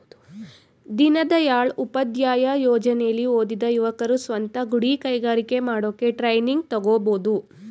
ದೀನದಯಾಳ್ ಉಪಾಧ್ಯಾಯ ಯೋಜನೆಲಿ ಓದಿದ ಯುವಕರು ಸ್ವಂತ ಗುಡಿ ಕೈಗಾರಿಕೆ ಮಾಡೋಕೆ ಟ್ರೈನಿಂಗ್ ತಗೋಬೋದು